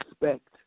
respect